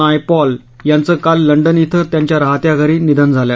नायपॉल यांचं काल लंडन श्वं त्यांच्या राहत्या घरी निधन झालं